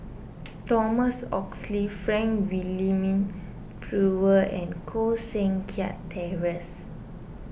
Thomas Oxley Frank Wilmin Brewer and Koh Seng Kiat Terence